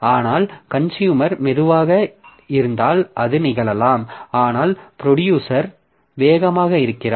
ஆனால் கன்சுயூமர் மெதுவாக இருந்தால் அது நிகழலாம் ஆனால் ப்ரொடியூசர் வேகமாக இருக்கிறார்